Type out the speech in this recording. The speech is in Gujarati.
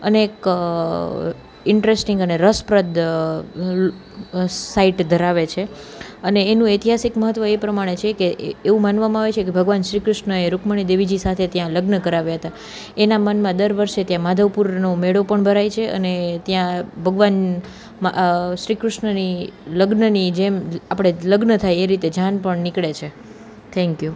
અનેક ઇન્ટરેસ્ટીંગ અને રસપ્રદ સાઈટ ધરાવે છે અને એનું ઐતિહાસિક મહત્વ એ પ્રમાણે છે કે એ એવું માનવામાં આવે છે કે ભગવાન શ્રી કૃષ્ણએ રુકમણી દેવીજી સાથે ત્યાં લગ્ન કરાવ્યા હતા એના માનમાં દર વર્ષે ત્યાં માધવપુરનો મેળો પણ ભરાય છે અને ત્યાં ભગવાન મ શ્રી કૃષ્ણની લગ્નની જેમ આપણે લગ્ન થાય એ રીતે જાન પણ નીકળે છે થેન્ક યુ